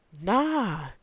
nah